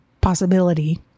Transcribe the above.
possibility